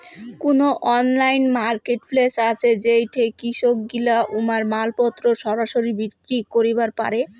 কুনো online marketplace আছে যেইঠে কৃষকগিলা উমার মালপত্তর সরাসরি বিক্রি করিবার পারে?